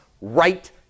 right